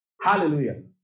hallelujah